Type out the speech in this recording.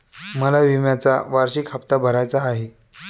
मला विम्याचा वार्षिक हप्ता भरायचा आहे